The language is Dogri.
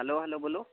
हैलो हैलो बोल्लो